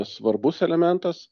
svarbus elementas